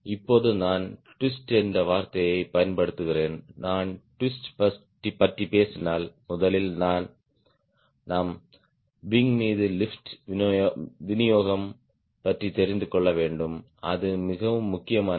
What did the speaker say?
இப்போது நான் ட்விஸ்ட் என்ற வார்த்தையைப் பயன்படுத்துகிறேன் நான் ட்விஸ்ட் பற்றி பேசினால் முதலில் நாம் விங் மீது லிப்ட் விநியோகம் பற்றி தெரிந்து கொள்ள வேண்டும் அது மிகவும் முக்கியமானது